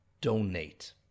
donate